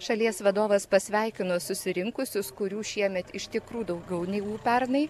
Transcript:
šalies vadovas pasveikino susirinkusius kurių šiemet iš tikrų daugiau negu pernai